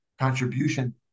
contribution